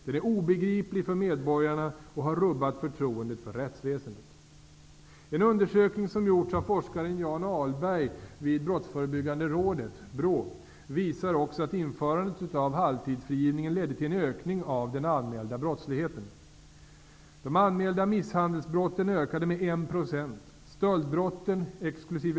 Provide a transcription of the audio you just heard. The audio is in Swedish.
Den är obegriplig för medborgarna och har rubbat förtroendet för rättsväsendet. En undersökning som gjorts av forskaren Jan Ahlberg vid Brottsförebyggande rådet, BRÅ, visar också att införandet av halvtidsfrigivningen ledde till en ökning av den anmälda brottsligheten. De anmälda misshandelsbrotten ökade med 1 %, stöldbrotten -- exkl.